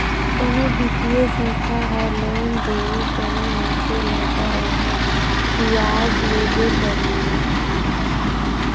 कोनो बित्तीय संस्था हर लोन देही कोनो मइनसे ल ता ओहर बियाज लेबे करही